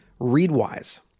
Readwise